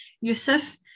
Yusuf